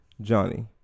Johnny